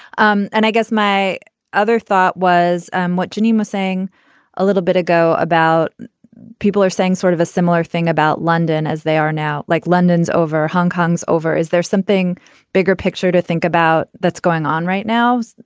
um and i guess my other thought was um what janine was saying a little bit ago about people are saying sort of a similar thing about london as they are now, like london's over. hong kong's over. is there something bigger picture to think about that's going on right now?